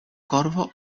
korvo